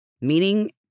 meaning